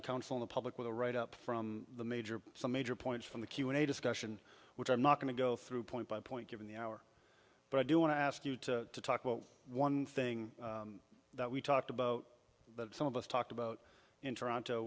the council the public with a write up from the major some major points from the q and a discussion which i'm not going to go through point by point given the hour but i do want to ask you to talk about one thing that we talked about that some of us talked about in toronto